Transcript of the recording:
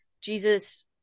Jesus